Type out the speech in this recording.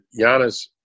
Giannis